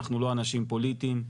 אנחנו לא אנשים פוליטיים,